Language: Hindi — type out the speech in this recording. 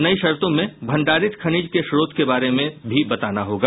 नयी शर्तों में भंडारित खनिज के श्रोत के बारे में बताना होगा